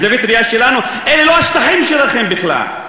מזווית ראייה שלנו אלה לא השטחים שלכם בכלל.